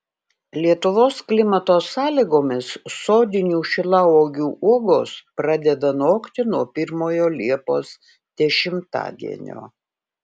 lietuvos klimato sąlygomis sodinių šilauogių uogos pradeda nokti nuo pirmojo liepos dešimtadienio